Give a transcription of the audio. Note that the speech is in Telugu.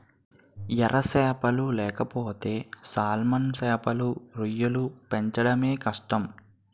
ఎర సేపలు లేకపోతే సాల్మన్ సేపలు, రొయ్యలు పెంచడమే కష్టం